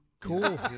Cool